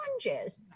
challenges